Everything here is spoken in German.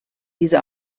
diese